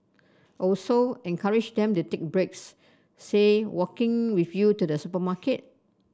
also encourage them to take breaks say walking with you to the supermarket